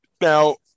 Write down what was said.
now